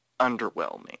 underwhelming